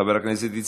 חבר הכנסת עפר שלח,